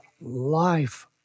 life